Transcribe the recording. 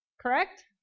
correct